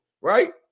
right